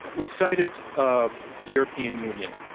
we cited ah the european union